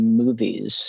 movies